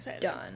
done